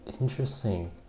Interesting